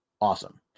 Awesome